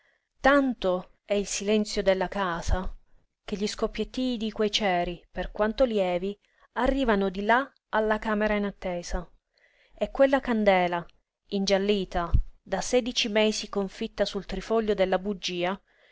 tanto è il silenzio della casa che gli scoppiettii di quei ceri per quanto lievi arrivano di là alla camera in attesa e quella candela ingiallita da sedici mesi confitta sul trifoglio della bugia